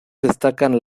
destacan